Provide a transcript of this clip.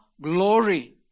glory